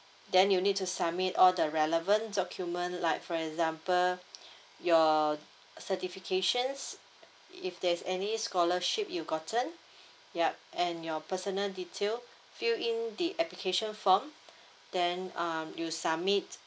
then you'll need to submit all the relevant document like for example your certifications if there's any scholarship you gotten yup and your personal detail fill in the application form then um you submit